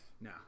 No